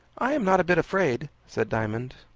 i am not a bit afraid, said diamond.